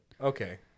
Okay